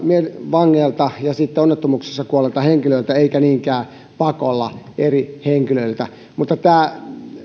vangeilta ja onnettomuuksissa kuolleilta henkilöiltä eikä niinkään pakolla eri henkilöiltä mutta tämä melu